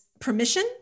permission